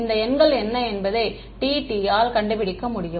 இந்த எண்கள் என்ன என்பதை Tt ஆல் கண்டுபிடிக்க முடியும்